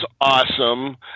awesome